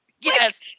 Yes